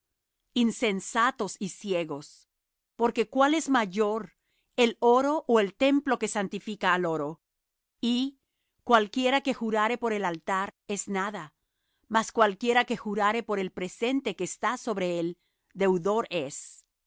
insensatos y ciegos porque cuál es mayor el oro ó el templo que santifica al oro y cualquiera que jurare por el altar es nada mas cualquiera que jurare por el presente que está sobre él deudor es